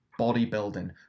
bodybuilding